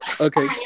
okay